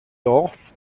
dorf